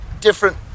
different